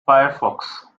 firefox